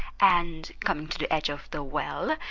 and, coming to the edge of the well,